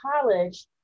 college